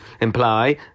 imply